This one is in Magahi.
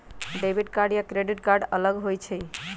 डेबिट कार्ड या क्रेडिट कार्ड अलग होईछ ई?